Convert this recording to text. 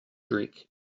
drink